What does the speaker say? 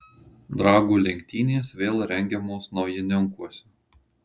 dragų lenktynės vėl rengiamos naujininkuose